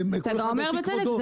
אתה גם אומר בצדק,